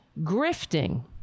grifting